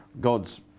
God's